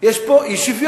יש פה אי-שוויון.